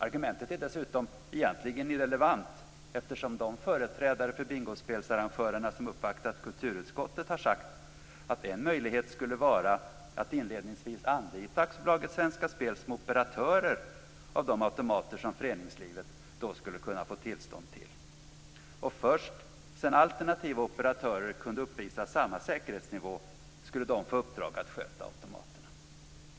Argumentet är dessutom egentligen irrelevant, eftersom de företrädare för bingospelsarrangörerna som uppvaktat kulturutskottet har sagt att en möjlighet skulle vara att inledningsvis anlita AB Svenska Spel som operatörer av de automater som föreningslivet då skulle få tillstånd till. Först sedan alternativa operatörer kan uppvisa samma säkerhetsnivå skulle de få i uppdrag att sköta automaterna.